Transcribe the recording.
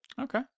okay